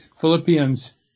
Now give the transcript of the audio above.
Philippians